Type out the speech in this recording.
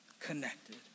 connected